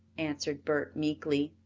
answered bert meekly.